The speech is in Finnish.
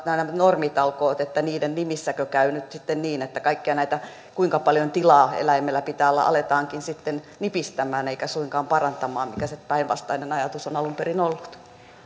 on nämä normitalkoot että niiden nimissäkö käy sitten niin että kaikkia näitä kuinka paljon tilaa eläimellä pitää olla aletaankin nipistämään eikä suinkaan parantamaan mikä se päinvastainen ajatus on alun perin ollut